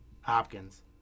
Hopkins